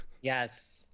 yes